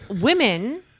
women